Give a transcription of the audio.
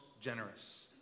generous